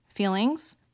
feelings